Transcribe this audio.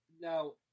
Now